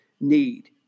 need